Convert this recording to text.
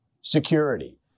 security